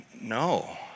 no